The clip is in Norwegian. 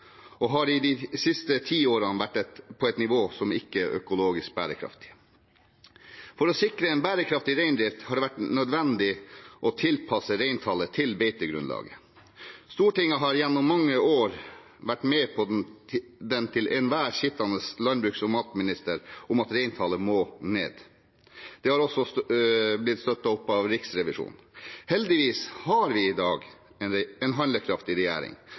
og har i de siste tiårene vært på et nivå som ikke er økologisk bærekraftig. For å sikre en bærekraftig reindrift har det vært nødvendig å tilpasse reintallet til beitegrunnlaget. Stortinget har gjennom mange år vært på den til enhver tid sittende landbruks- og matminister om at reintallet må ned. Det har også blitt støttet av Riksrevisjonen. Heldigvis har vi i dag en